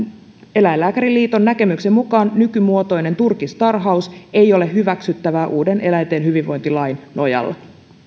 eläinlääkäriliiton näkemyksen mukaan nykymuotoinen turkistarhaus ei ole hyväksyttävää uuden eläinten hyvinvointilain nojalla